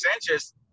Sanchez